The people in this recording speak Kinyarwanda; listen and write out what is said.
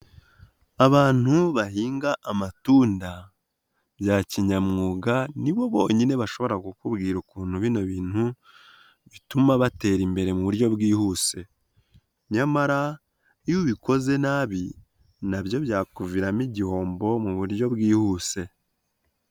Abantu bahinga amatunda bya kinyamwuga nibo bonyine bashobora kukubwira ukuntu bino bintu bituma batera imbere mu buryo bwihuse. Nyamara iyo ubikoze nabi nabyo byakuviramo igihombo mu buryo bwihuse.